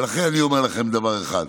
ולכן אני אומר לכם דבר אחד.